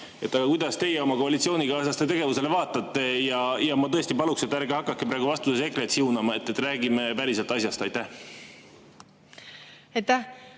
Kuidas teie oma koalitsioonikaaslaste tegevusele vaatate? Ja ma tõesti palun, et ärge hakake praegu vastuses EKRE-t siunama, räägime päriselt asjast. Aitäh!